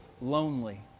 lonely